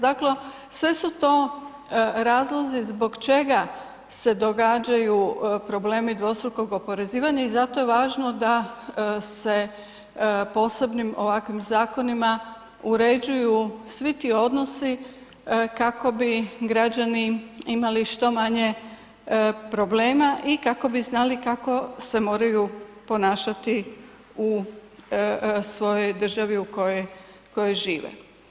Dakle, sve su to razlozi zbog čega se događaju problemi dvostrukog oporezivanja i zato je važno da se posebnom ovakvim zakonima uređuju svi ti odnosi kako bi građani imali što manje problema i kako bi znali kako se moraju ponašati u svojoj državu u kojoj žive.